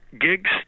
gigs